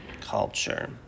Culture